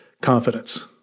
confidence